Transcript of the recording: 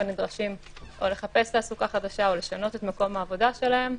ונדרשים לחפש תעסוקה חדשה או לשנות את מקום העבודה שלהם.